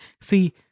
see